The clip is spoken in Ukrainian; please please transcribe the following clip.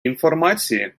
інформації